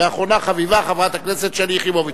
ואחרונה חביבה, חברת הכנסת שלי יחימוביץ.